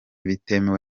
bitemewe